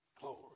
glory